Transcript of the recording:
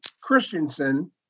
Christensen